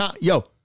yo